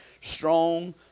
strong